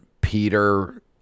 Peter